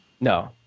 No